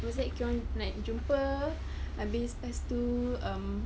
I would say kita orang like jumpa habis tu um